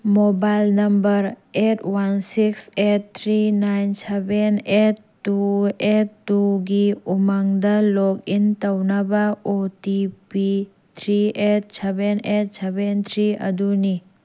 mobile number eight one six eight three nine seven eight two eight ꯇꯨꯒꯤ ꯎꯃꯪꯗ login ꯇꯧꯅꯕ O T P three eight seven eight seven three ꯑꯗꯨꯅꯤ